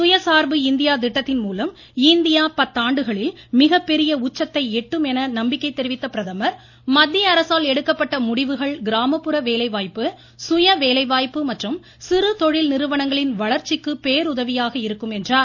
சுயசார்பு இந்தியா திட்டத்தின் மூலம் இந்தியா பத்தாண்டுகளில் மிகப்பெரிய உச்சத்தை எட்டும் என நம்பிக்கை தெரிவித்த பிரதமர் மத்திய அரசால் எடுக்கப்பட்ட முடிவுகள் கிராமப்புற வேலைவாய்ப்பு சுய வேலைவாய்ப்பு மற்றும் சிறு தொழில் நிறுவனங்களின் வளர்ச்சிக்கு பேருதவியாக இருக்கும் என்றார்